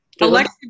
Alexa